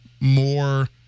more